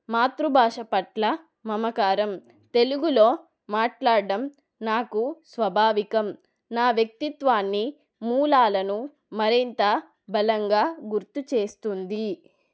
మాతృభాష పట్ల మమకారం తెలుగులో మాట్లాడ్డం నాకు స్వభావికం నా వ్యక్తిత్వాన్ని మూలాలను మరింత బలంగా గుర్తుచేస్తుంది